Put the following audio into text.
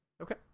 Okay